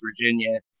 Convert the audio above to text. Virginia